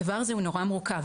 הדבר הזה הוא נורא מורכב.